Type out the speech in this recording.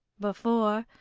before,